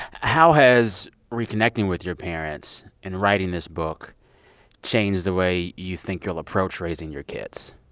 how has reconnecting with your parents in writing this book changed the way you think you'll approach raising your kids?